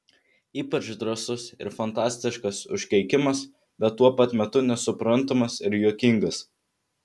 ypač drąsus ir fantastiškas užkeikimas bet tuo pat metu nesuprantamas ir juokingas